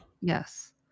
Yes